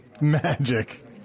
Magic